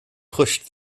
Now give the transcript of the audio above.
pushed